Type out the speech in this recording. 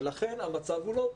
לכן המצב הוא לא טוב.